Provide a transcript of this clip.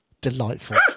Delightful